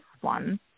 one